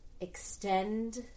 extend